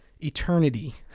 eternity